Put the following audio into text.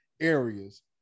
areas